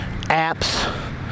apps